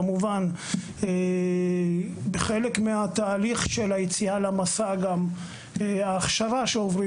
כמובן בחלק מהתהליך של היציאה למסע גם ההכשרה שעוברים